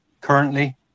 currently